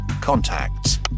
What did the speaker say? contacts